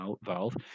valve